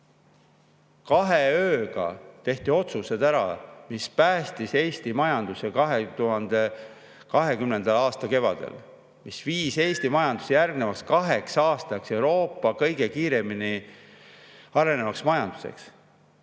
Kahe ööga tehti ära otsused, mis päästsid Eesti majanduse 2020. aasta kevadel ja viisid Eesti majanduse järgnevaks kaheks aastaks Euroopa kõige kiiremini arenevaks majanduseks.